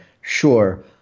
sure